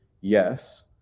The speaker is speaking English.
yes